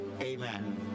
Amen